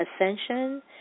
Ascension